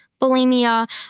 bulimia